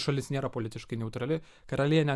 šalis nėra politiškai neutrali karalienė